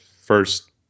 first